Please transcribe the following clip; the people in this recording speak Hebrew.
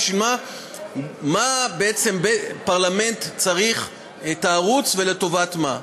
למה בעצם פרלמנט צריך את הערוץ ולטובת מה.